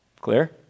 Clear